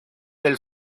del